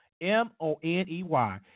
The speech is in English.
M-O-N-E-Y